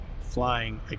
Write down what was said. flying